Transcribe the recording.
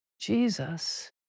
Jesus